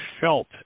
felt